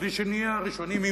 מבלי שנהיה הראשונים,